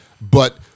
But-